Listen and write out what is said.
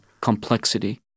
complexity